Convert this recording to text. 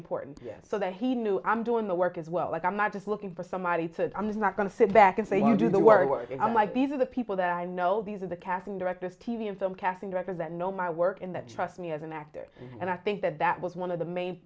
important so that he knew i'm doing the work as well as i'm not just looking for somebody to i'm not going to sit back and say you do the work and i'm like these are the people that i know these are the casting directors t v and film casting directors that know my work in that trust me as an actor and i think that that was one of the main